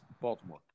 Baltimore